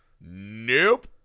Nope